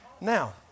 now